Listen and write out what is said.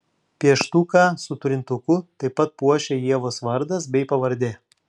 pieštuką su trintuku taip pat puošia ievos vardas bei pavardė